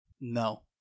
No